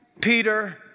Peter